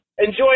Enjoy